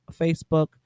Facebook